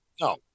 No